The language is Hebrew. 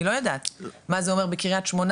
אני לא יודעת מה זה אומר עכשיו בקריית שמונה